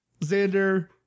xander